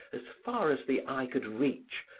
as far as the eye could reach,